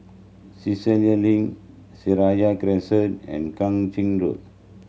Cassia Link Seraya Crescent and Kang Ching Road